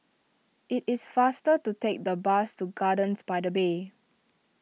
it is faster to take the bus to Gardens by the Bay